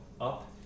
up